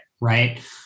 right